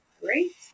great